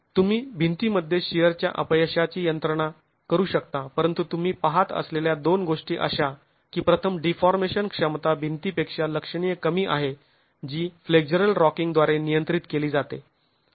तर तुम्ही भिंतीमध्ये शिअरच्या अपयशाची यंत्रणा करू शकता परंतु तुम्ही पाहत असलेल्या दोन गोष्टी अशा की प्रथम डीफॉर्मेशन क्षमता भिंती पेक्षा लक्षणीय कमी आहे जी फ्लेक्झरल रॉकिंग द्वारे नियंत्रित केली जाते